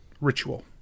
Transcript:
ritual